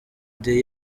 the